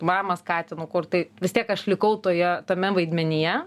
mamą skatinu kurt tai vis tiek aš likau toje tame vaidmenyje